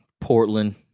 Portland